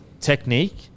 technique